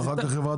וחברת